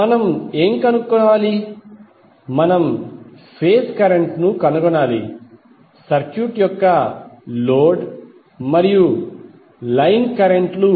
మనం ఏమి కనుగొనాలి మనం ఫేజ్ కరెంట్ను కనుగొనాలి సర్క్యూట్ యొక్క లోడ్ మరియు లైన్ కరెంట్ లు